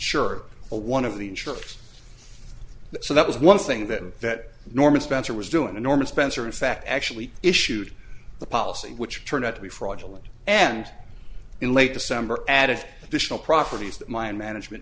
sure a one of the insurance so that was one thing that norman spencer was doing enormous spencer in fact actually issued the policy which turned out to be fraudulent and in late december added the tional properties that mine management